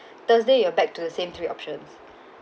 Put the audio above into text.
thursday you are back to the same three options